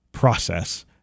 process